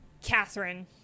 Catherine